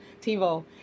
TiVo